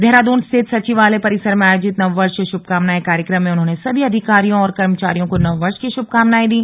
देहरादून स्थित सचिवालय परिसर में आयोजित नववर्ष शुभकामनाएं कार्यक्रम में उन्होंने सभी अधिकारियों और कर्मचारियों को नववर्ष की श्भकामनाएं दी